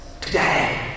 Today